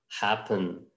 happen